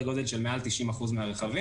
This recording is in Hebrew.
בסדר גודל של מעל 90% מהרכבים,